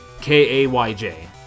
K-A-Y-J